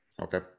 okay